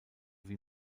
wie